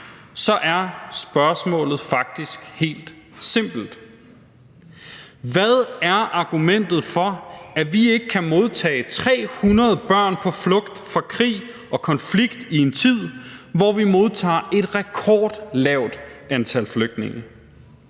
er spørgsmålet faktisk helt simpelt: Hvad er argumentet for, at vi ikke kan modtage 300 børn på flugt fra krig og konflikt i en tid, hvor vi modtager et rekordlavt antal flygtninge?